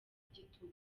igitugu